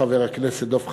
חבר הכנסת דב חנין,